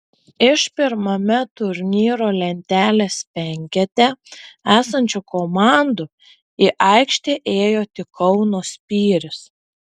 iš pirmame turnyro lentelės penkete esančių komandų į aikštę ėjo tik kauno spyris